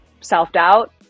self-doubt